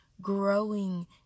growing